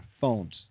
phones